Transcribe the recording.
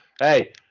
Hey